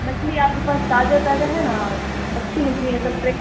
مچھلی آپ کے پاس تازہ تازہ ہے نا اچھی مچھلی ہے مطلب فریش